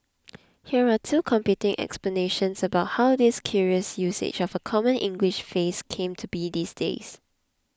here are two competing explanations about how this curious usage of a common English phrase came to be these days